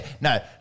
No